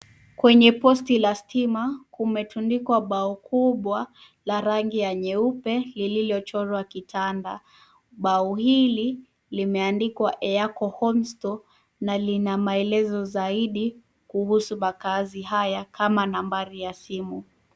Kwenye posti la stima, kumetundikwa bao kubwa la rangi ya nyeupe lililochorwa kitanda. Bao hili limeandikwa Eako Homestore na lina maelezo zaidi kuhusu makazi haya kama nambari ya simu.